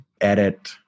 edit